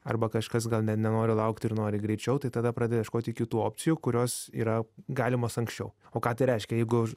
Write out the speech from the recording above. arba kažkas gal ne nenori laukti ir nori greičiau tai tada pradeda ieškoti kitų opcijų kurios yra galimos anksčiau o ką tai reiškia jeigu